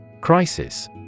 Crisis